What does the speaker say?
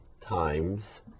times